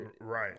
Right